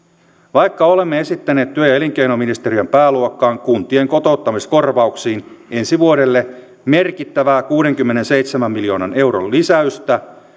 vaikka olemme esittäneet työ ja elinkeinoministeriön pääluokkaan kuntien kotouttamiskorvauksiin ensi vuodelle merkittävää kuudenkymmenenseitsemän miljoonan euron lisäystä